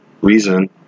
reason